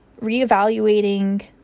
reevaluating